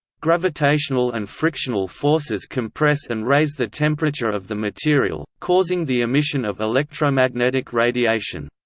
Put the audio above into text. gravitational and frictional forces compress and raise the temperature of the material, causing the emission of electromagnetic radiation.